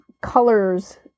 colors